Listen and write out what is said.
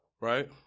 Right